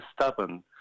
stubborn